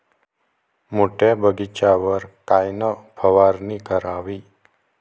मोठ्या बगीचावर कायन फवारनी करावी?